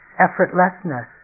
effortlessness